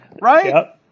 Right